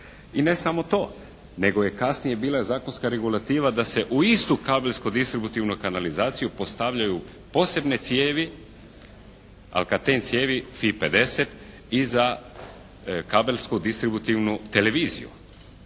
I ne samo to nego je kasnije bila zakonska regulativa da se u istu kabelsko-distributivnu kanalizaciju postavljaju posebne cijevi, «alcaten» cijevi «phi 50» i za kabelsko-distributivnu televiziju